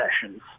sessions